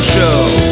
Show